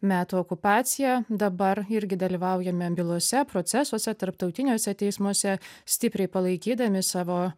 metų okupacija dabar irgi dalyvaujame bylose procesuose tarptautiniuose teismuose stipriai palaikydami savo